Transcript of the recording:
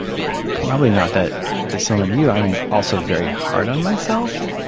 probably not that dissimilar to you. i'm also very hard on myself.